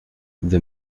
the